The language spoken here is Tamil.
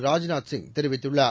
ராஜ்நாத் சிங் தெரிவித்துள்ளார்